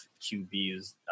QBs